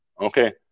Okay